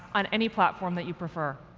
on any platform that you prefer.